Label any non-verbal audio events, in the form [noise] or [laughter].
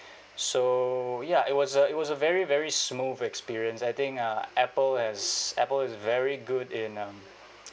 so ya it was a it was a very very smooth experience I think uh Apple has Apple is very good in um [noise]